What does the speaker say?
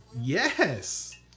Yes